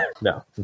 no